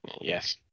Yes